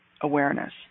awareness